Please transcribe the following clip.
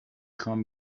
خوام